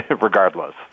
regardless